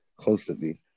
constantly